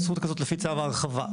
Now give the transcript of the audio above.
לפי צו ההרחבה.